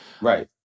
Right